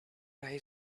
eye